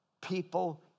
people